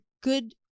good